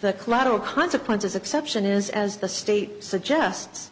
the collateral consequences exception is as the state suggests